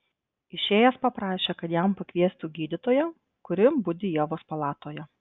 išėjęs paprašė kad jam pakviestų gydytoją kuri budi ievos palatoje